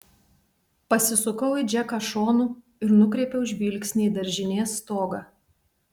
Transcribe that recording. pasisukau į džeką šonu ir nukreipiau žvilgsnį į daržinės stogą